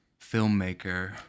filmmaker